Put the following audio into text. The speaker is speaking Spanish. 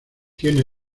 tiene